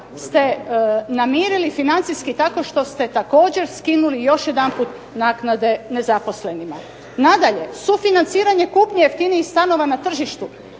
ste namirili financijski tako što ste također skinuli i još jedanput naknade nezaposlenima. Nadalje, sufinanciranje kupnje jeftinijih stanova na tržištu